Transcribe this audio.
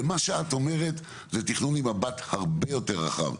ומה שאת אומרת זה תכנון ממבט הרבה יותר רחב,